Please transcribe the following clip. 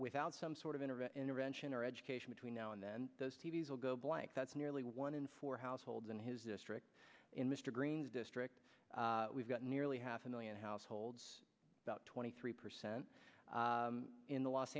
without some sort of intervention or education between now and then those t v s will go blank that's nearly one in four households in his district in mr green's district we've got nearly half a million households about twenty three percent in the los